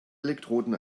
elektroden